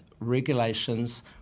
regulations